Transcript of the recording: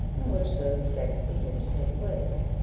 in which those effects begin to take place.